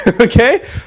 Okay